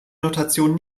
notation